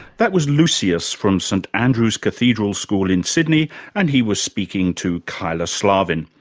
that was lucius from st andrew's cathedral school in sydney and he was speaking to kyla slaven.